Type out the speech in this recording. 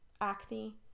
acne